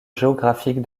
géographique